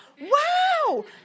Wow